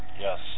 Yes